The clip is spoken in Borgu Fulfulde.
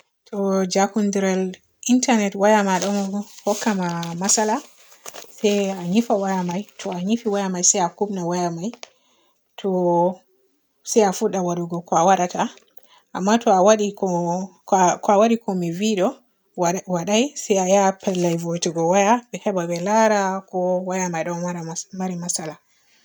To jakundiral intanet waayama ɗon hokka ma matsala se a yiifa waya me, To a yiifi waya me se a kunna waya me to, se a fudda waadugu ko a waadata amma to a waaɗi ko-ko a waaɗi ko mi vi ɗo wa waaday se a ya pellel vi'itigo waya be heba be laara ko waya me ɗon waada ɗon maari matsala.